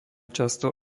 často